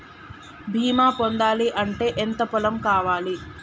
బీమా పొందాలి అంటే ఎంత పొలం కావాలి?